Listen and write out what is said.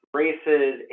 races